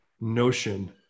notion